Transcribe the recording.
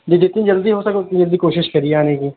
جی جتنی جلدی ہو سکے اتنی جلدی کوشش کریے آنے کی